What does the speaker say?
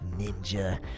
ninja